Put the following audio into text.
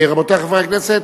חברי הכנסת,